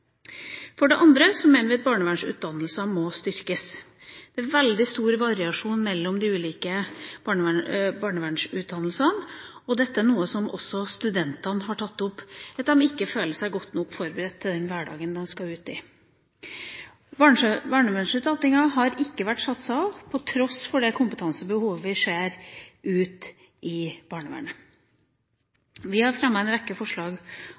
For det andre mener vi at barnevernsutdannelsene må styrkes. Det er veldig stor variasjon mellom de ulike barnevernsutdannelsene, og det er også noen av studentene som har tatt opp at de ikke føler seg godt nok forberedt til den hverdagen de skal ut i. Barnevernsutdanninga har det ikke vært satset på, på tross av det kompetansebehovet vi ser ute i barnevernet. Vi har fremmet en rekke forslag